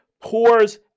pours